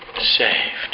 saved